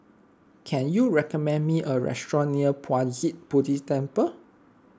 can you recommend me a restaurant near Puat Jit Buddhist Temple